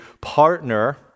partner